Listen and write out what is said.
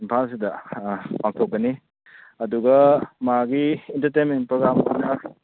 ꯏꯝꯐꯥꯜꯁꯤꯗ ꯄꯥꯡꯊꯣꯛꯀꯅꯤ ꯑꯗꯨꯒ ꯃꯥꯒꯤ ꯑꯦꯟꯇꯔꯇꯦꯟꯃꯦꯟ ꯄ꯭ꯔꯣꯒ꯭ꯔꯥꯝ ꯑꯣꯏꯅ